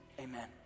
Amen